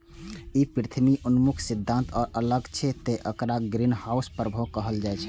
ई पृथ्वी उन्मुख सिद्धांत सं अलग छै, तें एकरा ग्रीनहाउस प्रभाव कहल जाइ छै